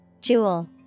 Jewel